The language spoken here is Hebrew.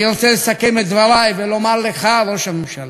אני רוצה לסכם את דברי ולומר לך, ראש הממשלה: